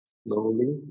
slowly